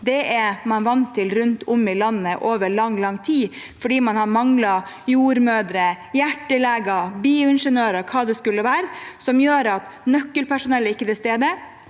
man vært vant til rundt om i landet over lang, lang tid fordi man har manglet jordmødre, hjerteleger, bioingeniører, hva det skulle være, som gjør at nøkkelpersonell ikke er til stede.